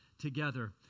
together